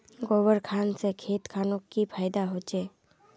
गोबर खान से खेत खानोक की फायदा होछै?